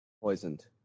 poisoned